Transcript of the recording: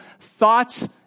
thoughts